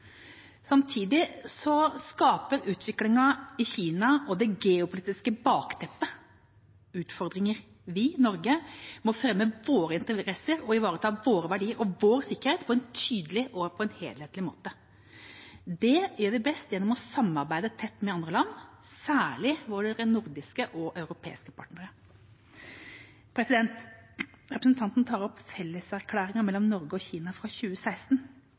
Samtidig skaper utviklingen i Kina og det geopolitiske bakteppet utfordringer. Vi, Norge, må fremme våre interesser og ivareta våre verdier og vår sikkerhet på en tydelig og helhetlig måte. Det gjør vi best gjennom å samarbeide tett med andre land, særlig våre nordiske og europeiske partnere. Representanten tar opp felleserklæringen mellom Norge og Kina fra 2016.